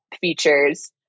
features